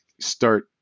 start